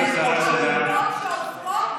זאת חרפה,